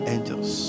Angels